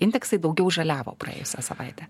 indeksai daugiau žaliavo praėjusią savaitę